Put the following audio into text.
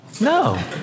No